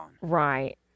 Right